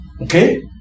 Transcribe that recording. Okay